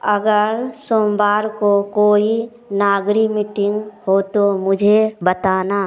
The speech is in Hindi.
अगर सोमवार को कोई नागरी मीटिंग हो तो मुझे बताना